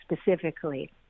specifically